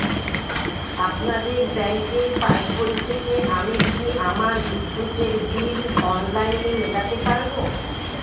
আপনাদের ব্যঙ্কের পাসবই থেকে আমি কি আমার বিদ্যুতের বিল অনলাইনে মেটাতে পারবো?